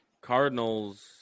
Cardinals